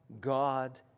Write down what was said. God